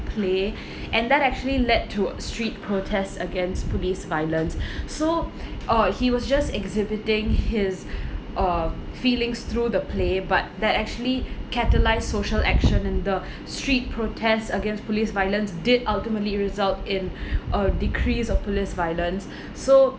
play and that actually led to street protest against police violence so oh he was just exhibiting his uh feelings through the play but that actually catalyse social action in the street protest against police violence did ultimately result in a decrease of police violence so